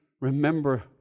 Remember